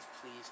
please